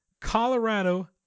Colorado